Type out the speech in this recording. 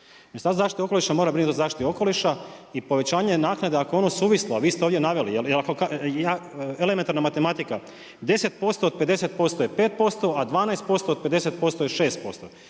zaštite okoliša mora brinuti o zaštiti okoliša i povećanje naknade ako je ono suvišno, a vi ste ovdje naveli, elementarne matematika, 10% od 50% je 5%, a 12% od 50% je 6%.